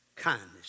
Kindness